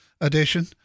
Edition